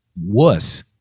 Wuss